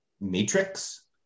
matrix